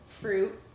Fruit